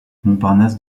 montparnasse